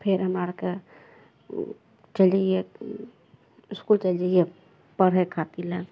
फेर हमरा आरके गेलियै इसकुल चलि जाइए पढ़य खातिर लए